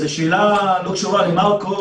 זאת שאלה לא קשורה למרקו,